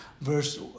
verse